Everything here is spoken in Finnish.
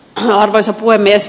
arvoisa puhemies